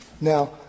now